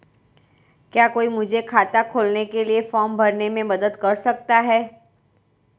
क्या कोई मुझे खाता खोलने के लिए फॉर्म भरने में मदद कर सकता है?